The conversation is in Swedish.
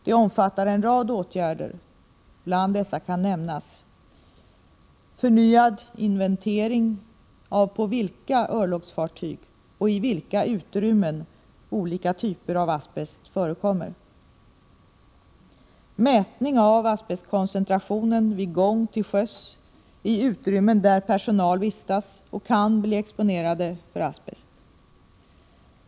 Det omfattar en rad åtgärder. Bland dessa kan nämnas — förnyad inventering av på vilka örlogsfartyg och i vilka utrymmen olika typer av asbest förekommer. — mätning av asbestkoncentration vid gång till sjöss i utrymmen där personal vistas och kan bli exponerade för asbest.